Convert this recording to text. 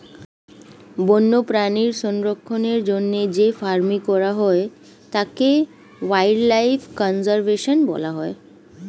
বন্যপ্রাণী সংরক্ষণের জন্য যে ফার্মিং করা হয় তাকে ওয়াইল্ড লাইফ কনজার্ভেশন বলা হয়